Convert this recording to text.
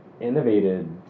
innovated